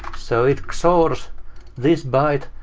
so it xors this byte,